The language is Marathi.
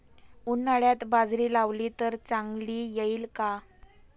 उन्हाळ्यात बाजरी लावली तर चांगली येईल का?